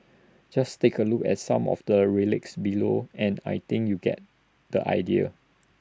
just take A look at some of the relics below and I think you get the idea